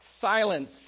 silence